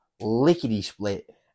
lickety-split